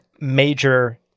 major